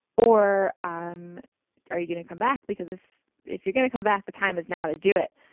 or um are you going to come back? because if if you're going to come back, the time is now to do it.